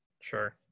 Sure